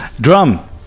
Drum